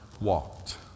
walked